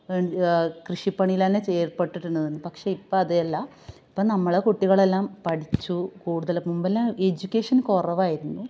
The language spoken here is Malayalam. വേണ് വേ കൃഷിപ്പണിലന്നെ ചെയ്യേര്പ്പെട്ടിട്ടിരുന്നത് പക്ഷേയിപ്പം അതല്ല ഇപ്പോൾ നമ്മളെ കുട്ടികളെല്ലാം പഠിച്ചു കൂടുതൽ മുമ്പെല്ലാം എജുക്കേഷന് കുറവായിരുന്നു